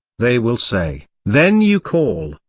they will say, then you call!